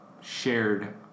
shared